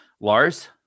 Lars